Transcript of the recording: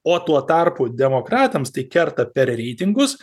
o tuo tarpu demokratams tai kerta per reitingus